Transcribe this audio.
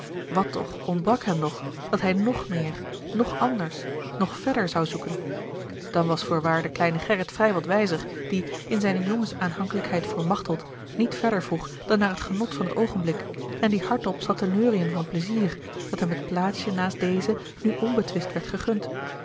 wat toch ontbrak hem nog dat hij nog meer nog anders nog verder zou zoeken dan was voorwaar de kleine gerrit vrij wat wijzer die in zijne jongens aanhankelijkheid voor machteld niet verder vroeg dan naar t genot van t oogenblik en die hardop zat te neuriën van pleizier dat hem het plaatsje naast deze nu onbetwist werd gegund